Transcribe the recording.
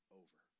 over